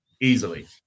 Easily